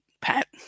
Pat